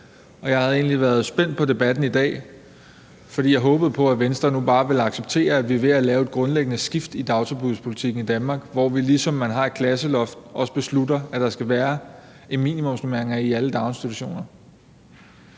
egentlig været spændt på debatten i dag, fordi jeg havde håbet på, at Venstre nu bare ville acceptere, at vi er ved at lave et grundlæggende skifte i dagtilbudspolitikken i Danmark, hvor man, ligesom man har et klasseloft, også beslutter, at der skal være minimumsnormeringer i alle daginstitutioner.